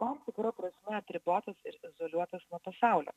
tam tikra prasme atribotas ir izoliuotas nuo pasaulio